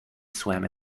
swam